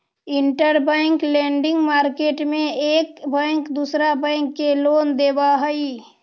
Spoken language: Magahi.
इंटरबैंक लेंडिंग मार्केट में एक बैंक दूसरा बैंक के लोन देवऽ हई